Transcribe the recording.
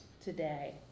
today